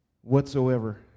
Whatsoever